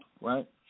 right